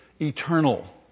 eternal